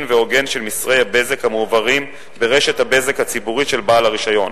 והוגן של מסרי הבזק המועברים ברשת הבזק הציבורית של בעל הרשיון.